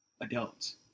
adults